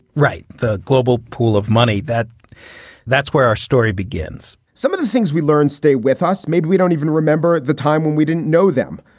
the global pool of money. that that's where our story begins some of the things we learn. stay with us. maybe we don't even remember the time when we didn't know them.